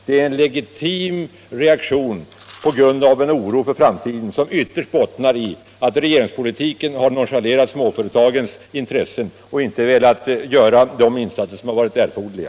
Det är en legitim reaktion på grund av en oro för framtiden som ytterst bottnar i att regeringen med sin politik har nonchalerat småföretagens intressen och inte velat göra de insatser för dessa företag som har varit erforderliga.